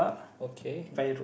okay